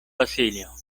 basilio